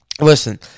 Listen